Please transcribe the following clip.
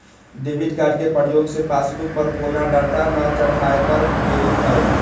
debit card के प्रयोग से पासबुक पर कोनो डाटा न चढ़ाएकर गेलइ ह